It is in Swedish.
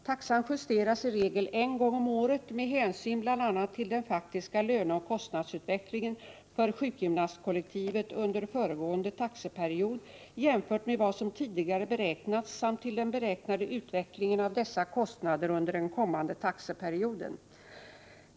Taxan justeras i regel en gång om året med hänsyn bl.a. till den faktiska löneoch kostnadsutvecklingen för sjukgymnastkollektivet under föregående taxeperiod jämfört med vad som tidigare beräknats samt till den beräknade utvecklingen av dessa kostnader under den kommande taxeperioden.